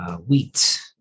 wheat